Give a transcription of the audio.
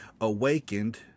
awakened